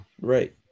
right